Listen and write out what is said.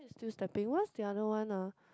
still stepping what's the other one ah